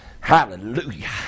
Hallelujah